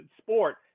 sport